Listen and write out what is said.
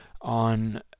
on